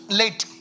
late